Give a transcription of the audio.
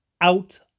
out